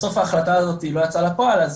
בסוף ההחלטה הזאתי לא יצאה לפועל,